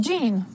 Jean